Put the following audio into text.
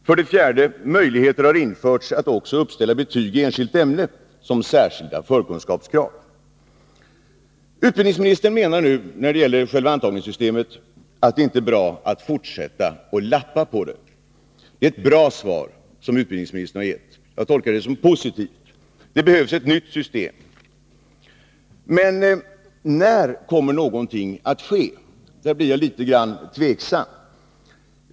För det fjärde har möjligheter införts att också uppställa särskilda förkunskapskrav i form av betyg i visst ämne. Utbildningsministern menar nu då det gäller själva antagningssystemet att det inte är bra att fortsätta att lappa på det. Det är ett bra svar som utbildningsministern har gett. Jag tolkar det positivt. Det behövs ett nytt system. Men när kommer någonting att ske? På denna punkt blir jag litet grand tveksam.